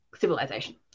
civilization